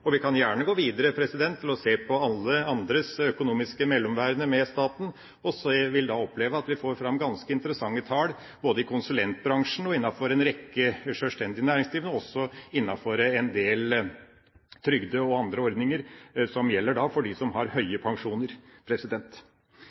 Og vi kan gjerne gå videre og se på alle andres økonomiske mellomværende med staten. Da vil vi oppleve at vi får fram ganske interessante tall både i konsulentbransjen, blant en rekke sjølstendige næringsdrivende og innenfor en del trygdeordninger og andre ordninger som gjelder dem som har høye pensjoner.